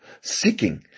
seeking